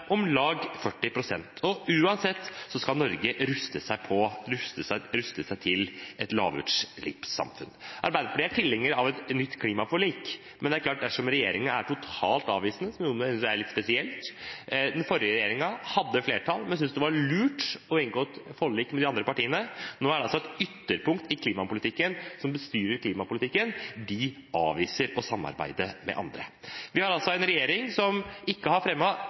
om lag 40 pst., og uansett skal Norge ruste seg for et lavutslippssamfunn. Arbeiderpartiet er tilhenger av et nytt klimaforlik, men dersom regjeringen er totalt avvisende, synes jeg det er litt spesielt. Den forrige regjeringen hadde flertall, men syntes det var lurt å inngå et forlik med de andre partiene. Nå er det et ytterpunkt i klimapolitikken som bestyrer klimapolitikken, og de avviser å samarbeide med andre. Vi har en regjering som ikke har